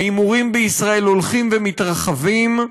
ההימורים בישראל הולכים ומתרחבים,